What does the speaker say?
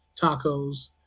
tacos